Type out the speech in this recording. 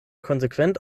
konsequent